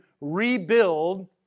rebuild